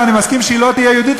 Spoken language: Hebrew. אני מסכים שהיא לא תהיה יהודית,